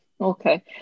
Okay